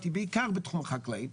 בעיקר בתחום החקלאי,